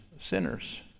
sinners